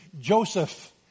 Joseph